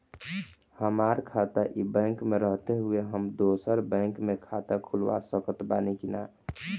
हमार खाता ई बैंक मे रहते हुये हम दोसर बैंक मे खाता खुलवा सकत बानी की ना?